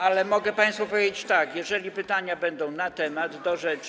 Ale mogę państwu powiedzieć tak: jeżeli pytania będą na temat, do rzeczy.